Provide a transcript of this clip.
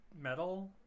Metal